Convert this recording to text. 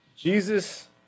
Jesus